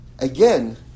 Again